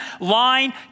line